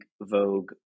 Vogue